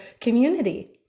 community